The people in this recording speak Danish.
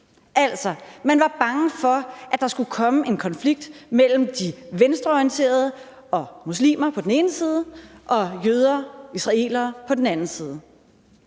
Altså, man var bange for, at der skulle komme en konflikt mellem de venstreorienterede og muslimer på den ene side og jøder, israelere på den anden side.